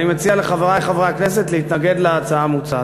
אני מציע לחברי חברי הכנסת להתנגד להצעה המוצעת.